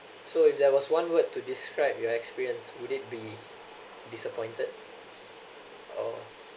so if there was one word to describe your experience would it be disappointed or